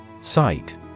Sight